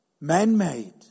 man-made